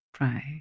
Right